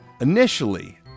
initially